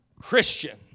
Christian